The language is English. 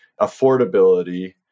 affordability